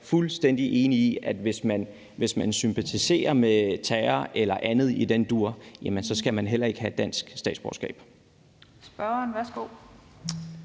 fuldstændig enig i, at hvis man sympatiserer med terror eller andet i den dur, skal man ikke have dansk statsborgerskab. Kl. 11:34 Den fg.